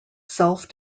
self